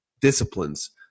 disciplines